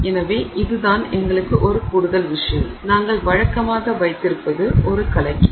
எனவே இதுதான் எங்களுக்கு ஒரு கூடுதல் விஷயம் நாங்கள் வழக்கமாக வைத்திருப்பது ஒரு கலக்கி